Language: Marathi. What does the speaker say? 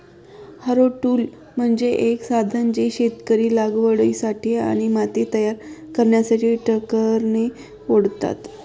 हॅरो टूल म्हणजे एक साधन जे शेतकरी लागवडीसाठी आणि माती तयार करण्यासाठी ट्रॅक्टरने ओढतात